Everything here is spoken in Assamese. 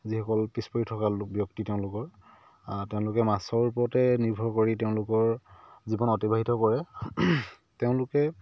যিসকল পিছ পৰি থকা লোক ব্যক্তি তেওঁলোকৰ তেওঁলোকে মাছৰ ওপৰতে নিৰ্ভৰ কৰি তেওঁলোকৰ জীৱন অতিবাহিত কৰে তেওঁলোকে